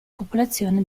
popolazione